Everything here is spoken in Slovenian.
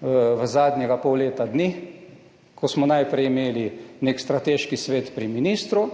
v zadnjega pol leta, ko smo najprej imeli nek strateški svet pri ministru,